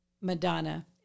Madonna